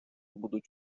будуть